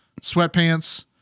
sweatpants